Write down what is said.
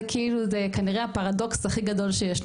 זה כנראה הפרדוקס הכי גדול שיש.